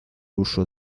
uso